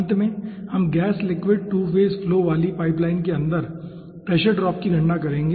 अंत में हम गैस सॉलिड 2 फेज फ्लो वाली पाइपलाइन के अंदर प्रेशर ड्रॉप की गणना करेंगे